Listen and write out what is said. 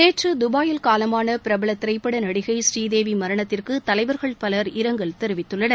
நேற்று துபாயில் காலமான பிரபல திரைப்பட நடிகை புரீதேவி மரணத்திற்கு தலைவர்கள் இரங்கல் தெரிவித்துள்ளனர்